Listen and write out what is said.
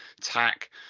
tack